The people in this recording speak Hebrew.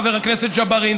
חבר הכנסת ג'בארין,